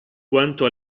quanto